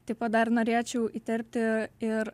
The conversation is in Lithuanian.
taip pat dar norėčiau įterpti ir